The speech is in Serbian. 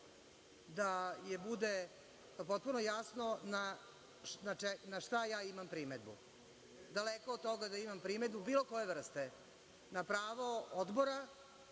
500.Da bude potpuno jasno na šta ja imam primedbu, daleko od toga da imam primedbu bilo koje vrste, na pravo odbora